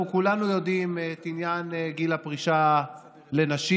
אנחנו כולנו יודעים את עניין גיל הפרישה לנשים,